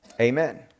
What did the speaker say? Amen